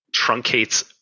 truncates